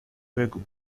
بگو